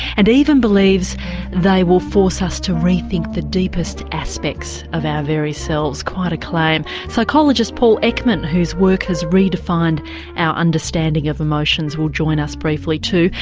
and even believes they will force us to rethink the deepest aspects of our very selves. quite a claim. psychologist paul ekman, whose work has redefined our understanding of emotions, will join us briefly too,